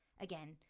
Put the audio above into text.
again